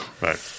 right